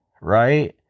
right